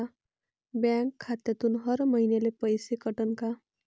Bank खात्यातून हर महिन्याले पैसे कटन का?